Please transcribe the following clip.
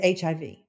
HIV